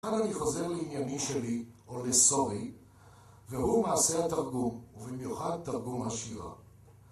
עכשיו אני חוזר לענייני שלי, או לסורי, והוא מעשה תרגום, ובמיוחד תרגום השירה.